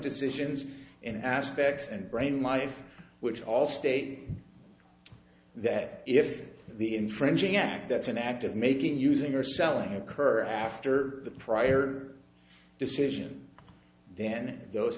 decisions in aspects and brain life which all state that if the infringing act that's an act of making using or selling occur after the prior decision then those